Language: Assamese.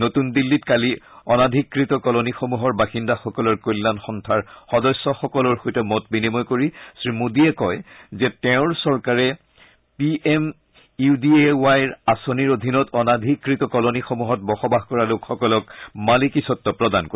নতুন দিল্লীত কালি অনাধীকৃত কলনীসমূহৰ বাসিন্দাসকলৰ কল্যাণ সন্থাৰ সদস্যসকলৰ সৈতে মত বিনিময় কৰি শ্ৰীমোডীয়ে কৈছে যে তেওঁৰ চৰকাৰে পিএম ইউডিএৱাই আঁচনিৰ অধীনত অনাধীকৃত কলনীসমূহত বসবাস কৰা লোকসকলক মালিকীস্বত্ব প্ৰদান কৰিব